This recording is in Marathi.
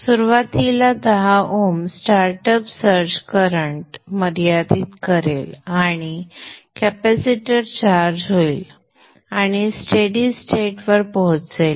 सुरुवातीला 10Ω स्टार्टअप सर्ज करंट मर्यादित करेल आणि कॅपेसिटर चार्ज होईल आणि स्टेडि स्टेट पोहोचेल